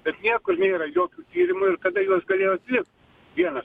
bet niekur nėra jokių tyrimų ir kada juos galėjo atlikt vienas